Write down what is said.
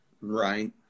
right